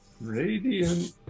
Radiant